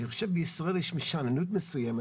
אני חושב שבישראל יש מן שאננות מסוימת,